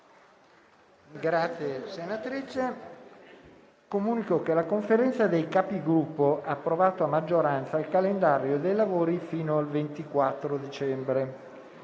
finestra"). Comunico che la Conferenza dei Capigruppo ha approvato a maggioranza il calendario dei lavori fino al 24 dicembre.